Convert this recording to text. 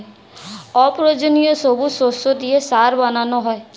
অপ্রয়োজনীয় সবুজ শস্য দিয়ে সার বানানো হয়